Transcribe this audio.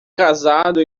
casado